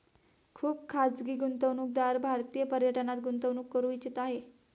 खुप खाजगी गुंतवणूकदार भारतीय पर्यटनात गुंतवणूक करू इच्छित आहे